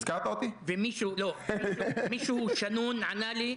ומישהו שנון ענה לי: